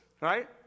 right